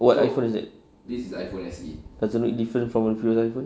what iPhone is that doesn't look different from previous iPhone